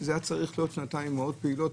מדובר בשנתיים שהיו צריכות להיות שנתיים מאוד פעילות.